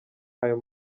ayo